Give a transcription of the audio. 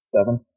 Seven